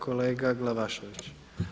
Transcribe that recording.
Kolega Glavašević.